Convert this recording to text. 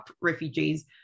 refugees